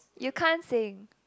you can't sing